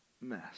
mess